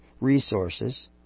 resources